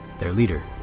their leader.